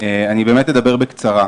אני באמת אדבר בקצרה,